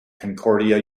concordia